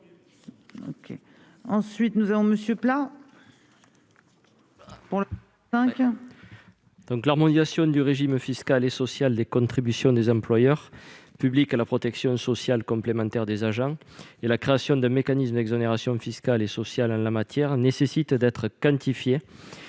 n° 45 rectifié. L'harmonisation du régime fiscal et social des contributions des employeurs publics à la protection sociale complémentaire des agents et la création d'un mécanisme d'exonération fiscale et sociale en la matière rendent